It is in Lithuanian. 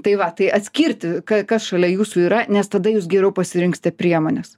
tai va tai atskirti ka kas šalia jūsų yra nes tada jūs geriau pasirinksite priemones